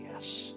yes